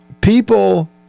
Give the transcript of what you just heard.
People